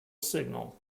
signal